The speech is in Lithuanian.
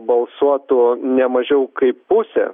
balsuotų ne mažiau kaip pusė